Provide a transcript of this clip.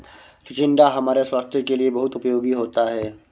चिचिण्डा हमारे स्वास्थ के लिए बहुत उपयोगी होता है